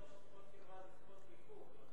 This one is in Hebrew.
ששיחות קרבה זה שיחות ריחוק.